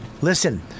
listen